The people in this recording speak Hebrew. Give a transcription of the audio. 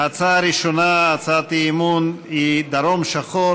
ההצעה הראשונה היא הצעת אי-אמון: דרום שחור,